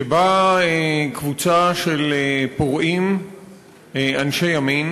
שבה קבוצה של פורעים אנשי ימין,